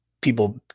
people